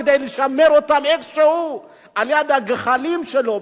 כדי לשמר אותם איכשהו על-יד הגחלים שלו,